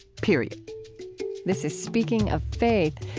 period this is speaking of faith.